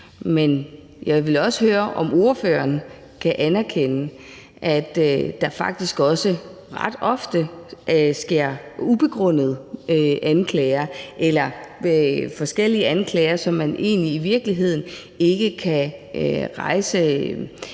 Men jeg vil også høre, om spørgeren kan anerkende, at der faktisk også ret ofte sker ubegrundede anklager eller kommer forskellige anklager, hvor der i virkeligheden ikke kan rejses